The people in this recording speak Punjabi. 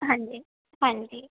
ਹਾਂਜੀ ਹਾਂਜੀ